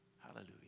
Hallelujah